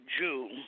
Jew